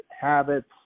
habits